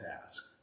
task